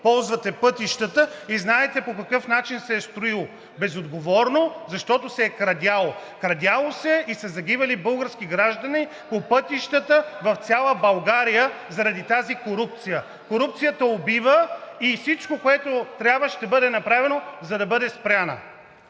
ползвате пътищата и знаете по какъв начин се е строило – безотговорно, защото се е крадяло! Крадяло се е и са загивали български граждани по пътищата в цяла България заради тази корупция! Корупцията убива и всичко, което трябва, ще бъде направено, за да бъде спряна!